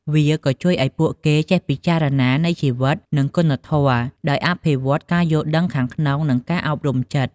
វាក៏ជួយឱ្យពួកគេចេះពិចារណានៃជីវិត និងគុណធម៌ ដោយអភិវឌ្ឍការយល់ដឹងខាងក្នុង និងអប់រំចិត្ត។